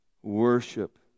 Worship